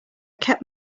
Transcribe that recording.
kept